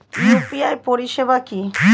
UPI পরিষেবা কি?